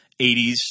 80s